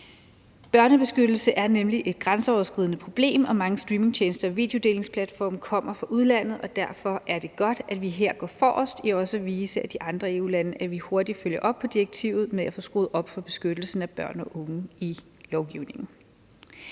Børnebeskyttelse er nemlig et grænseoverskridende problem, og mange streamingtjenester og videodelingsplatforme kommer fra udlandet, og derfor er det godt, at vi her går forrest med hensyn til at vise de andre EU-lande, at vi hurtigt følger op på direktivet i forhold til at få skruet op for beskyttelsen af børn og unge i lovgivningen.